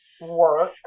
work